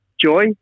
joy